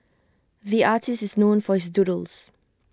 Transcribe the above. the artist is known for his doodles